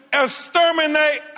exterminate